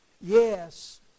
Yes